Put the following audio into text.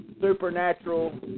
supernatural